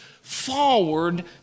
Forward